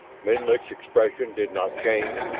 menlik's expression did not change,